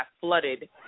flooded